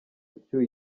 ucyuye